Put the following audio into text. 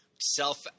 self